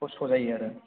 खस्थ' जायो आरो